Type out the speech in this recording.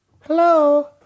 Hello